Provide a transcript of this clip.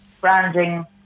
branding